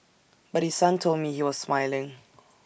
but his son told me he was smiling